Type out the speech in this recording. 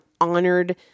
honored